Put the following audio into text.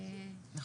אז